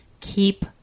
Keep